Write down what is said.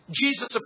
Jesus